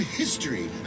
history